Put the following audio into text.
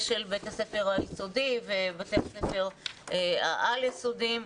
של בתי הספר היסודיים ובתי הספר העל- יסודיים?